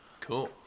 Cool